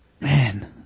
man